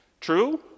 True